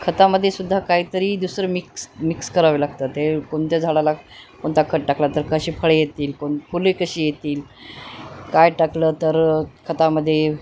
खतामध्ये सुद्धा काहीतरी दुसरं मिक्स मिक्स करावे लागतं ते कोणत्या झाडाला कोणत खत टाकला तर कशी फळे येतील कोणती फुले कशी येतील काय टाकलं तर खतामध्ये